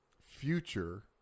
future